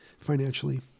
financially